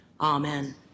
Amen